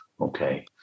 Okay